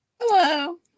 hello